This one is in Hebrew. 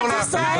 באמת, אתה שפוי?